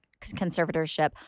conservatorship